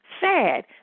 sad